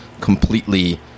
completely